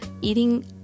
eating